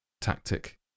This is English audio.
tactic